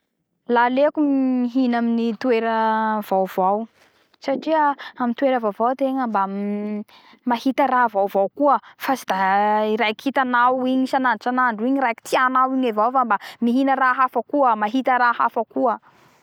La aleoko mihina my toera vaovao satria amy toera vaovao ategna mba mahita raha vaovao koa fa tsy da i raiky hitanao igny sanandro sandro igny raiky tianao igny avao fa mba mihina raha hafa koa mahita raha hafa koa